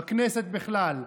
בכנסת בכלל.